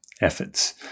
efforts